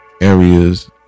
Areas